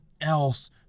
else